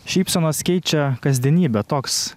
šypsenos keičia kasdienybę toks